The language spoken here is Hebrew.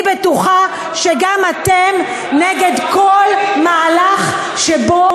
אני בטוחה שגם אתם נגד כל מהלך שבו